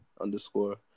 underscore